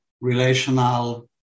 relational